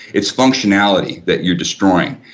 it's functionality that you're destroying.